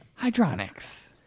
Hydronics